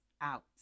out